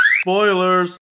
Spoilers